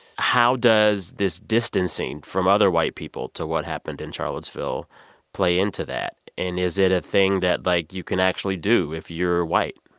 how does this distancing from other white people to what happened in charlottesville play into that? and is it a thing that, like, you can actually do if you're white?